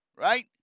right